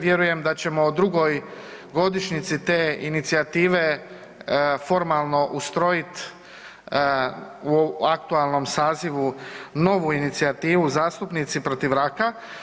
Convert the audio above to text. Vjerujem da ćemo u drugoj godišnjici te inicijative formalno ustrojit u aktualnom sazivu novu inicijativu „Zastupnici protiv raka“